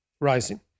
rising